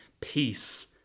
Peace